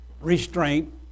restraint